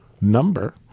number